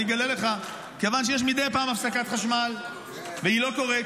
אני אגלה לך: כיוון שיש מדי פעם הפסקת חשמל והיא לא קורית.